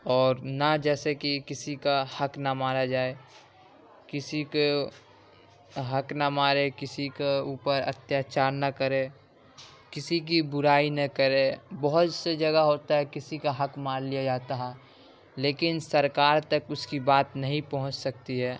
اور نا جیسے کہ کسی کا حق نہ مارا جائے کسی کو حق نہ مارے کسی کے اوپر اتیاچار نہ کرے کسی کی برائی نہ کرے بہت سی جگہ ہوتا ہے کسی کا حق مارلیا جاتا ہے لیکن سرکار تک اس کی بات نہیں پہنچ سکتی ہے